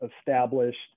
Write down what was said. established